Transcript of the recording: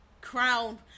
crown